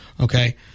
Okay